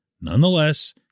Nonetheless